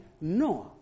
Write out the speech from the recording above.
Noah